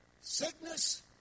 sickness